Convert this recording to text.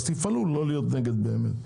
אז תפעלו לא להיות נגד באמת.